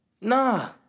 Nah